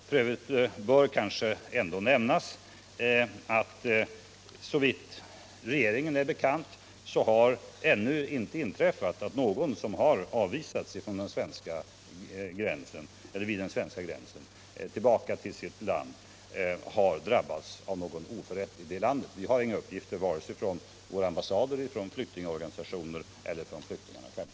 F. ö. bör kanske ändå nämnas att såvitt regeringen är bekant har det ännu inte inträffat att någon, som har avvisats vid den svenska gränsen och sänts tillbaka till sitt land, har drabbats av någon oförrätt i det landet. Vi har inga uppgifter om sådant vare sig från våra ambassader, från flyktingorganisationer eller från flyktingarna själva.